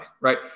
right